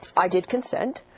i did consent,